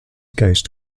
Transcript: ghost